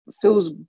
feels